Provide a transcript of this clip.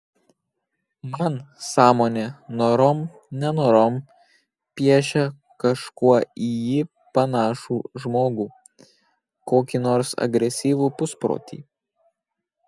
man sąmonė norom nenorom piešia kažkuo į jį panašų žmogų kokį nors agresyvų pusprotį